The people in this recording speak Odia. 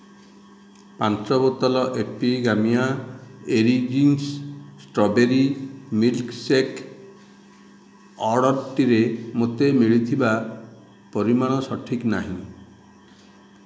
ପାଞ୍ଚ ବୋତଲ ଏପିଗାମିଆ ଓରିଜିନ୍ସ ଷ୍ଟ୍ରବେରୀ ମିଲ୍କଶେକ୍ ଅର୍ଡ଼ର୍ଟିରେ ମୋତେ ମିଳିଥିବା ପରିମାଣ ସଠିକ୍ ନାହିଁ